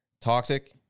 toxic